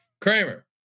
Kramer